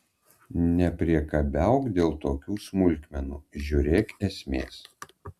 nepriekabiauk dėl tokių smulkmenų žiūrėk esmės